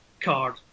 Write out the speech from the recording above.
card